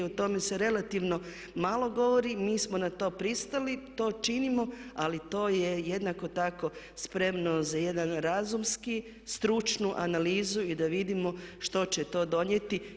O tome se relativno malo govori, mi smo na to pristali, to činimo ali to je jednako tako spremno za jedan razumski, stručnu analizu i da vidimo što će to donijeti.